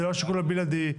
זה לא השיקול הבלעדי,